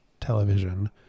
television